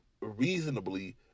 reasonably